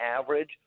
average